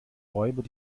räuber